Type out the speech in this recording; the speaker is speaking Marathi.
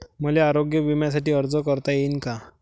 मले आरोग्य बिम्यासाठी अर्ज करता येईन का?